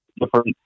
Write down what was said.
different